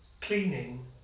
cleaning